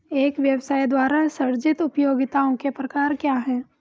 एक व्यवसाय द्वारा सृजित उपयोगिताओं के प्रकार क्या हैं?